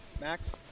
Max